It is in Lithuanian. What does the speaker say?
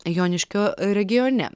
joniškio regione